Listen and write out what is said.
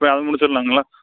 இப்போ அதை முடிச்சிடலாங்களா